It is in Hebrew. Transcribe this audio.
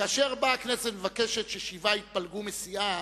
כאשר באה הכנסת ומבקשת ששבעה יתפלגו מסיעה,